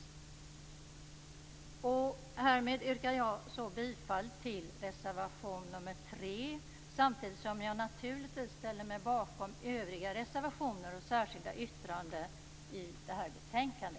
Härmed yrkar jag bifall till reservation 3 samtidigt som jag naturligtvis ställer mig bakom våra övriga reservationer och särskilda yttranden i detta betänkande.